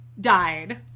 Died